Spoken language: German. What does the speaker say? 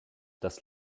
das